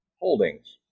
holdings